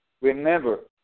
Remember